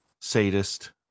sadist